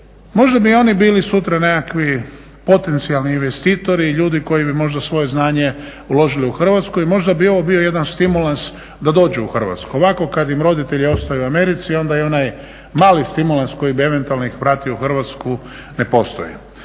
Možda bi i oni bili sutra nekakvi potencijalni investitori ljudi koji bi možda svoje znanje uložili u Hrvatskoj, možda bi ovo bio jedan stimulans da dođu u Hrvatsku. ovako kada im roditelji ostaju u Americi onda i onaj mali stimulans koji bi ih eventualno vratio u Hrvatsku ne postoji.